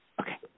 Okay